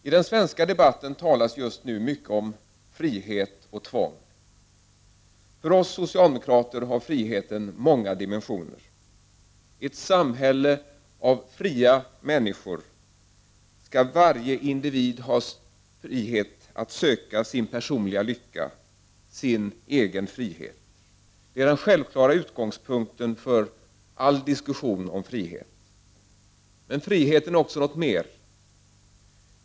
I den svenska debatten talas just nu mycket om frihet och tvång. För oss socialdemokrater har friheten många dimensioner. I ett samhälle av fria individer skall människorna ha frihet att söka sin personliga lycka, sin individuella frihet. Detta är den givna utgångspunkten för all diskussion om frihet. Men friheten är också något mer.